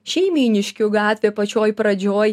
šeimyniškių gatvė pačioj pradžioj